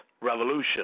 revolution